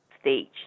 stage